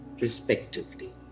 respectively